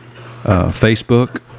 Facebook